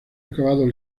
acabado